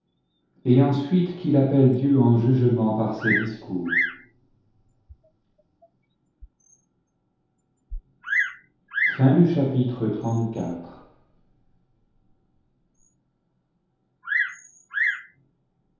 et ensuite qu'il appelle dieu en jugement par ses discours chapitre